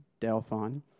Delphon